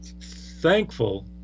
thankful